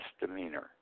misdemeanor